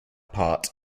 part